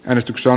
äänestyksen